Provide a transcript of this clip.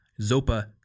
zopa